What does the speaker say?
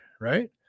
Right